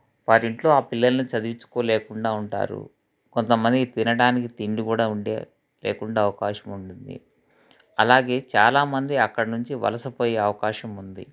వారింట్లో ఆ పిల్లల్ని చదివించుకోలేకుండా ఉంటారు కొంతమందికి తినడానికి తిండి కూడా ఉండే లేకుండా అవకాశం ఉంటుంది అలాగే చాలామంది అక్కడ నుంచి వలసపోయే అవకాశం ఉంది